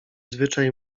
zwyczaj